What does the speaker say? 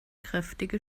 kräftige